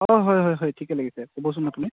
অঁ হয় হয় হয় ঠিকেই লাগিছে ক'বচোন আপুনি